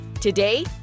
today